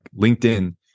LinkedIn